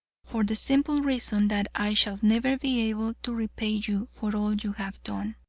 for the simple reason that i shall never be able to repay you for all you have done.